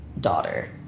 daughter